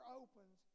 opens